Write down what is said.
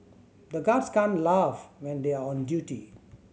the guards can't laugh when they are on duty